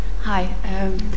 Hi